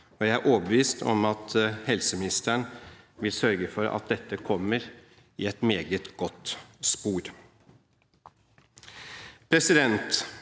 Jeg er overbevist om at helseministeren vil sørge for at dette kommer i et meget godt spor.